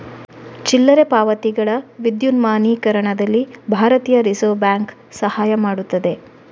ಚಿಲ್ಲರೆ ಪಾವತಿಗಳ ವಿದ್ಯುನ್ಮಾನೀಕರಣದಲ್ಲಿ ಭಾರತೀಯ ರಿಸರ್ವ್ ಬ್ಯಾಂಕ್ ಸಹಾಯ ಮಾಡುತ್ತದೆ